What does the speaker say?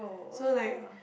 so like